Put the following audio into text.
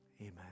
Amen